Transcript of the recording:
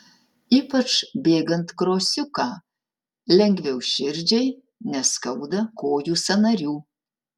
ypač bėgant krosiuką lengviau širdžiai neskauda kojų sąnarių